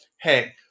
hey